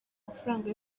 amafaranga